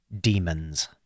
demons